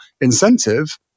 incentive